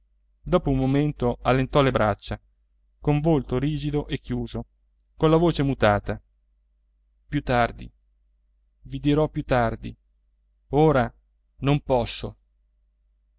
dopo un momento allentò le braccia col volto rigido e chiuso colla voce mutata più tardi ra non posso